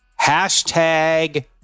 Hashtag